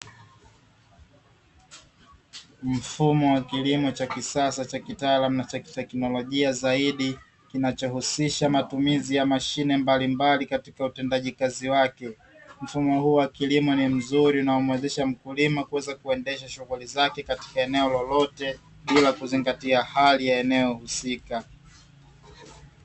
Mfumo wa kilimo cha kisasa cha kitaalamu na cha kisaikolojia zaidi, kinachohusisha matumizi ya mashine mbalimbali katika utendaji kazi wake, mfumo huu wa kilimo ni mzuri na kumwezesha mkulima kuweza kuendesha shughuli zake katika eneo lolote bila kuzingatia hali ya eneo husika.